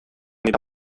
dira